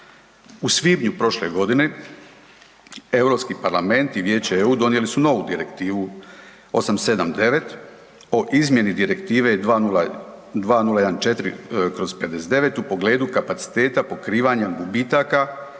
U svibnju prošle godine Europski parlament i Vijeće EU donijeli su novu Direktivu 879 o izmjeni Direktive 20, 2014/59 u pogledu kapaciteta pokrivanja gubitaka